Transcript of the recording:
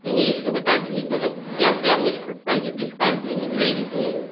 नहीं ये तो बता दीजिए कि मतलब क्या क्या मिल सकता है जैसे इस्कार्पियो मिल जाएगी कि नहीं